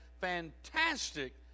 fantastic